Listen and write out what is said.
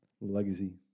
Legacy